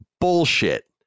Bullshit